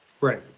Right